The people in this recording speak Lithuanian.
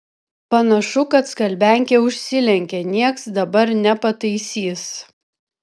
panašu kad skalbiankė užsilenkė nieks dabar nepataisys